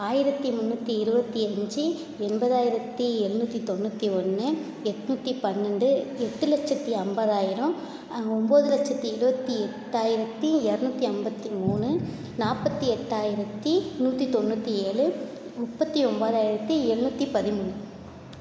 ஆயிரத்து முந்நூற்றி இருபத்தி அஞ்சு எண்பதாயிரத்து ஏழ்நூற்றி தொண்ணூற்றி ஒன்று எட்நூற்றி பன்னெண்டு எட்டு லட்சத்து ஐம்பதாயிரம் ஒம்பது லட்சத்து இருபத்தி எட்டாயிரத்து இரநூத்தி ஐம்பத்தி மூணு நாற்பத்தி எட்டாயிரத்து நூற்றி தொண்ணூற்றி ஏலு முப்பத்து ஒம்பதாயிரத்தி எழுநூற்றி பதிமூணு